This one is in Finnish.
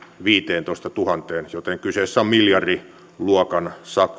viiteentoistatuhanteen joten kyseessä on miljardiluokan